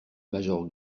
major